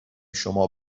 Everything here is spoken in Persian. شما